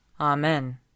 Amen